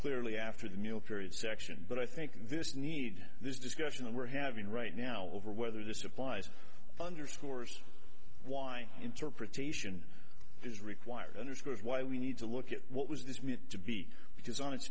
clearly after the meal period section but i think this need this discussion we're having right now over whether this applies underscores why interpretation is required underscores why we need to look at what was this meant to be because on